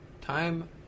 time